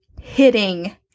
hitting